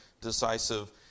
decisive